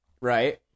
Right